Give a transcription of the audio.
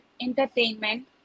entertainment